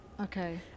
okay